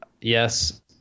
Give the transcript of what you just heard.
yes